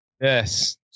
Yes